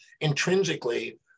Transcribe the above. intrinsically